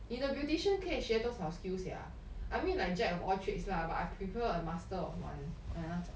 你的 beautician 可以学多少 skills sia I mean like jack of all trades lah but I prefer a master of one like 那种